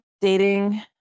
dating